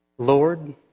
Lord